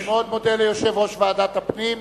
אני מאוד מודה ליושב-ראש ועדת הפנים,